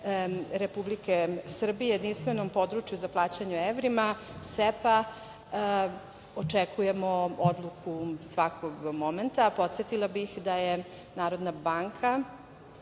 Republike Srbije jedinstvenom području za plaćanje u evrima, SEPA. Očekujemo odluku svakog momenta. Podsetila bih da je Narodna banka